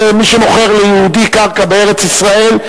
מי שמוכר ליהודי קרקע בארץ-ישראל,